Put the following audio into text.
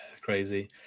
Crazy